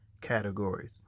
categories